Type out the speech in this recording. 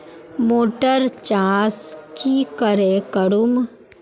Motor चास की करे करूम?